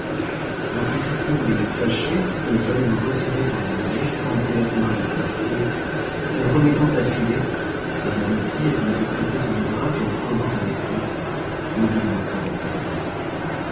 j'en fus si troublé et fâché que j'allais me retirer sans rien dire quand brulette m'arrêta et se remettant à filer car elle aussi avait mis de côté son ouvrage en causant avec lui me dit de m'asseoir auprès d'elle